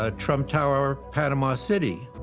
ah trump tower panama city.